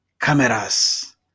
Cameras